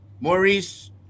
Maurice